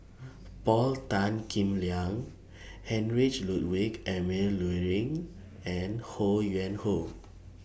Paul Tan Kim Liang Heinrich Ludwig Emil Luering and Ho Yuen Hoe